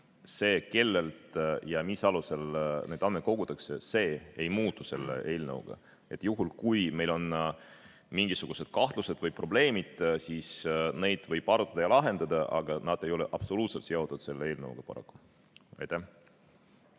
see, kellelt ja mis alusel neid andmeid kogutakse, see ei muutu selle eelnõuga. Juhul, kui meil on mingisugused kahtlused või probleemid, siis neid võib arutada ja lahendada, aga need ei ole selle eelnõuga paraku